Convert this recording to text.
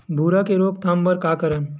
भूरा के रोकथाम बर का करन?